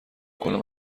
کنم